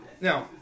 now